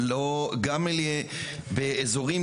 גם באזורים,